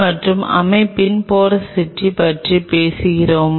எனவே நீங்கள் நடுத்தரத்துடன் செல்களை வைக்க வேண்டும்